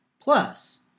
Plus